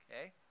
okay